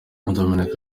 dominic